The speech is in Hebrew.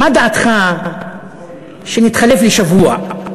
מה דעתך שנתחלף לשבוע?